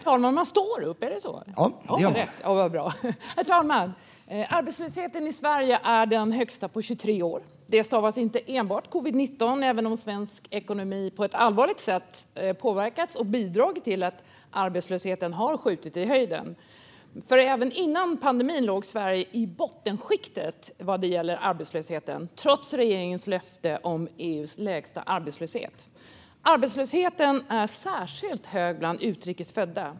Herr talman! Arbetslösheten i Sverige är den högsta på 23 år. Orsaken stavas inte enbart covid-19, även om svensk ekonomi på ett allvarligt sätt har påverkats av pandemin, vilket har bidragit till att arbetslösheten har skjutit i höjden. Även före pandemin låg Sverige i bottenskiktet vad gäller arbetslösheten, trots regeringens löfte om EU:s lägsta arbetslöshet. Arbetslösheten är särskilt hög bland utrikes födda.